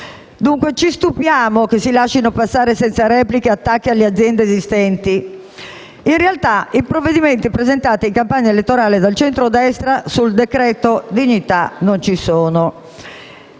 Dunque, ci stupiamo che si lascino passare senza replica attacchi alle aziende esistenti. In realtà, i provvedimenti presentati in campagna elettorale dal centrodestra non ci sono